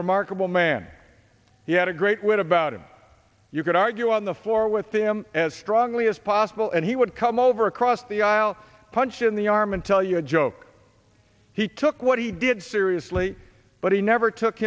remarkable man he had a great wit about him you could argue on the floor with him as strongly as possible and he would come over across the aisle punch in the arm and tell you a joke he took what he did seriously but he never took